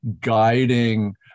guiding